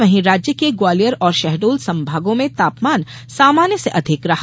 वहीं राज्य के ग्वालियर और शहडोल संभागों में तापमान सामान्य से अधिक रहा